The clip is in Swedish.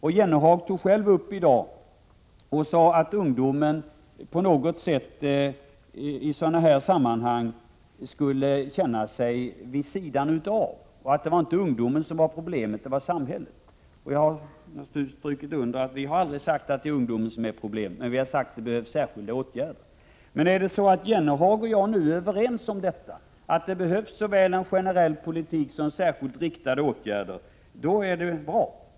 Jan Jennehag sade själv att ungdomen på något sätt känner sig vid sidan av men att det inte var ungdomen som är problemet utan samhället. Jag vill naturligtvis betona att vi aldrig sagt att ungdomen utgör ett problem, men vi har sagt att det behövs särskilda åtgärder. Om nu Jan Jennehag och jag är överens om att det behövs såväl en generell politik som särskilt riktade åtgärder, då är det ju bra.